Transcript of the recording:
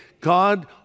God